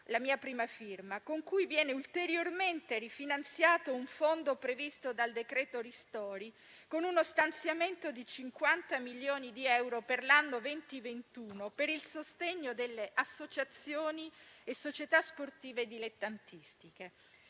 la mia prima firma, con cui viene ulteriormente rifinanziato un fondo previsto dal decreto-legge ristori, con uno stanziamento di 50 milioni di euro, per il periodo 2020-2021, per il sostegno alle associazioni e società sportive dilettantistiche.